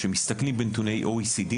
כשמסתכלים בנתוני ה-OECD,